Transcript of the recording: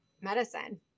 medicine